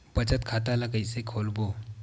बचत खता ल कइसे खोलबों?